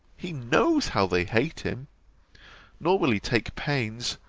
he knows how they hate him nor will he take pains,